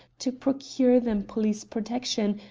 to procure them police protection,